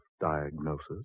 diagnosis